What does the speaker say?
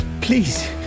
please